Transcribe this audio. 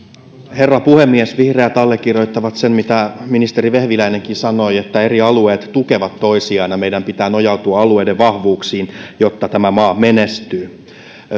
herra puhemies vihreät allekirjoittavat sen mitä ministeri vehviläinenkin sanoi että eri alueet tukevat toisiaan ja meidän pitää nojautua alueiden vahvuuksiin jotta tämä maa menestyy